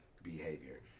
Behavior